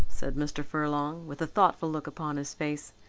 said mr. furlong with a thoughtful look upon his face,